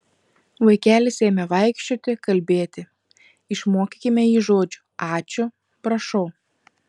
vaikelis ėmė vaikščioti kalbėti išmokykime jį žodžių ačiū prašau